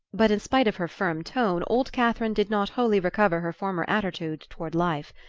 but in spite of her firm tone old catherine did not wholly recover her former attitude toward life.